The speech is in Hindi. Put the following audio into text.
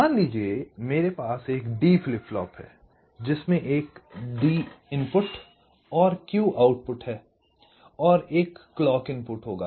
मान लीजिये कि मेरे पास एक D फ्लिप फ्लॉप है जिसमें एक D इनपुट और एक Q आउटपुट है और एक क्लॉक इनपुट होगा